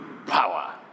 power